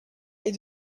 est